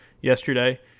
yesterday